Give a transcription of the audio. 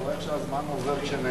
אתה רואה איך שהזמן עובר כשנהנים?